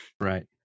Right